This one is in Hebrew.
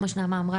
כמו שנעמה אמרה,